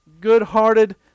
good-hearted